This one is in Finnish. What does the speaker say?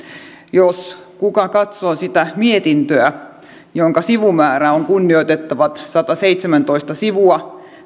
jos kuka katsoo sitä mietintöä jonka sivumäärä on kunnioitettavat sataseitsemäntoista sivua